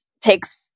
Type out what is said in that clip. takes